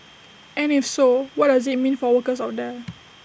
and if so what does IT mean for workers out there